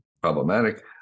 problematic